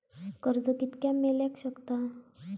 कर्ज कितक्या मेलाक शकता?